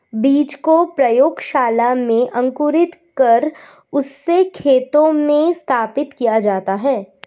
बीज को प्रयोगशाला में अंकुरित कर उससे खेतों में स्थापित किया जाता है